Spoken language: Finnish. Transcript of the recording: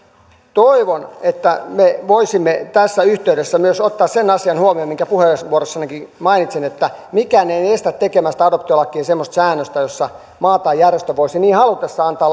toivon että me voisimme tässä yhteydessä myös ottaa huomioon sen asian minkä puheenvuorossanikin mainitsin että mikään ei estä tekemästä adoptiolakiin semmoista säännöstä jossa maa tai järjestö voisi niin halutessaan antaa